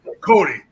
Cody